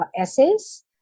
essays